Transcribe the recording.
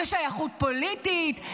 זו שייכות פוליטית?